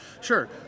Sure